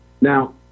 Now